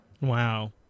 Wow